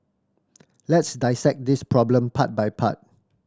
let's dissect this problem part by part